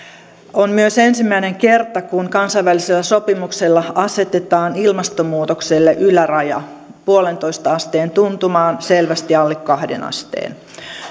on myös ensimmäinen kerta kun kansainvälisellä sopimuksella asetetaan ilmastonmuutokselle yläraja yhteen pilkku viiteen asteen tuntumaan selvästi alle kahteen asteen